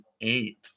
eight